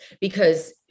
because-